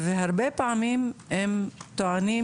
והרבה פעמים הם טוענים